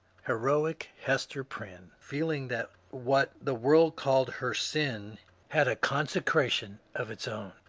heroic hester pymne, feeling that what the world called her sin had a consecration of its own,